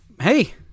hey